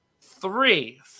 three